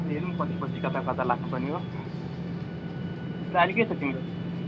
अब हेरौँ पछिपछि कताकता लाग्नु पर्ने हो अन्त अहिले के छ तिम्रो